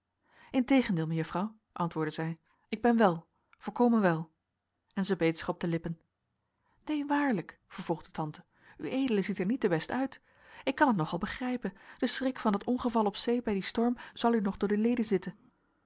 integendeel mejuffrouw antwoordde zij ik ben wel volkomen wel en zij beet zich op de lippen neen waarlijk vervolgde tante ued ziet er niet te best uit ik kan het nogal begrijpen de schrik van dat ongeval op zee bij dien storm zal u nog door de leden zitten